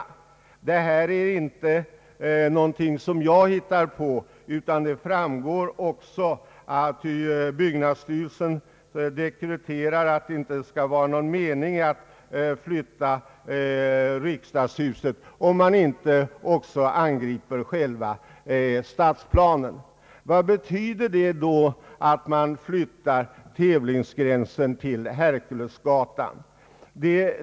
Detta är inte någonting som jag hittar på, utan det framgår också av byggnadsstyrelsens utlåtande att det inte kan vara någon mening i att flytta riksdagshuset, om inte själva stadsplanen angripes. Vad betyder det då att man flyttar tävlingsgränsen till Herkulesgatan?